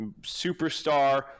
superstar